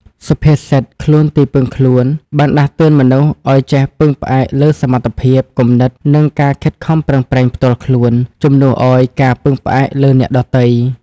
សុភាសិត«ខ្លួនទីពឹងខ្លួន»បានដាស់តឿនមនុស្សឲ្យចេះពឹងផ្អែកលើសមត្ថភាព គំនិត និងការខិតខំប្រឹងប្រែងផ្ទាល់ខ្លួន ជំនួសឲ្យការពឹងផ្អែកលើអ្នកដទៃ។